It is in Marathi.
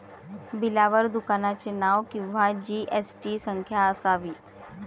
बिलावर दुकानाचे नाव किंवा जी.एस.टी संख्या असावी